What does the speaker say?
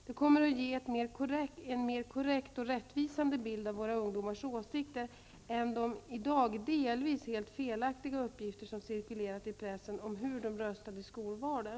Det kommer att ge en mer korrekt och rättvisande bild av våra ungdomars åsikter än de delvis helt felaktiga uppgifter som cirkulerat i pressen om hur de röstade i skolvalen.